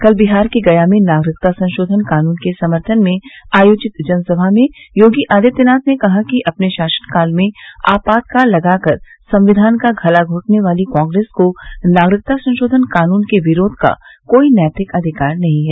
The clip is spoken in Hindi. कल बिहार के गया में नागरिकता संशोधन कानून के समर्थन में आयोजित जनसभा में योगी आदित्यनाथ ने कहा कि अपने शासनकाल में आपातकाल लगाकर संविधान का गला घोटने वाली कांगेस को नागरिकता संशोधन कानून के विरोध का कोई नैतिक अधिकार नहीं है